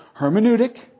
Hermeneutic